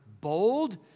bold